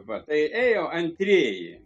vat ė ėjo antrieji